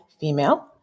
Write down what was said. female